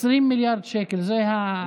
20 מיליארד שקלים, זו העלות הכוללת.